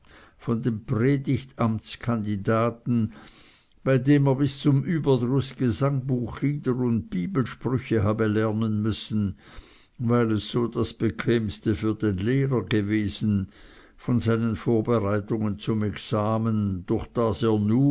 von dem predigtamtskandidaten bei dem er bis zum überdruß gesangbuchlieder und bibelsprüche habe lernen müssen weil es so das bequemste für den lehrer gewesen von seinen vorbereitungen zum examen durch das er